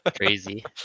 Crazy